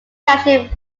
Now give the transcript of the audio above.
township